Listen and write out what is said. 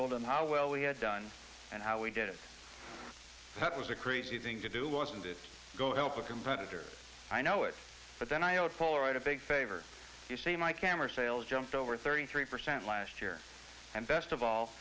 told him how well we had done and how we did it that was a crazy thing to do wasn't it go help a competitor i know it but then i owed polaroid a big favor you see my camera sales jumped over thirty three percent last year and best of all